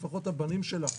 לפחות הבנים שלה.